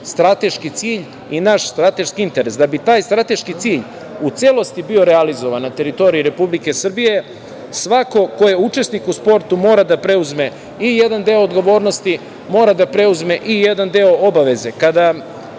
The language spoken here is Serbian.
strateški cilj i naš strateški interes. Da bi taj strateški cilj u celosti bio realizovan na teritoriji Republike Srbije, svako ko je učesnik u sportu mora da preuzme i jedan deo odgovornosti, mora da preuzme i jedan deo obaveze.